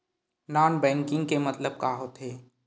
Non banking के मतलब का होथे?